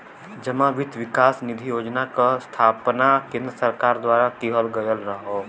जमा वित्त विकास निधि योजना क स्थापना केन्द्र सरकार द्वारा किहल गयल हौ